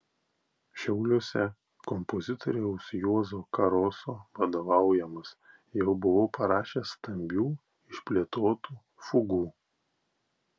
šiauliuose kompozitoriaus juozo karoso vadovaujamas jau buvau parašęs stambių išplėtotų fugų